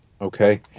Okay